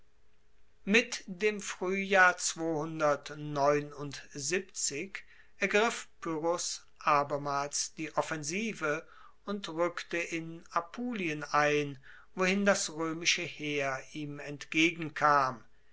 mit dem fruehjahr ergriff pyrrhos abermals die offensive und rueckte in apulien ein wohin das roemische heer ihm entgegenkam